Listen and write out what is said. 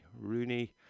Rooney